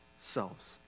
selves